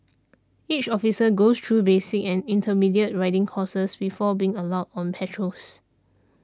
each officer goes through basic and intermediate riding courses before being allowed on patrols